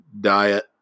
diet